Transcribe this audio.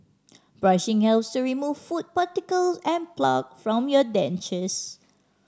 brushing hell to remove food particles and plaque from your dentures